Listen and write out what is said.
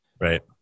Right